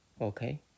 Okay